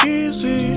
easy